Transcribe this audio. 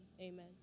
amen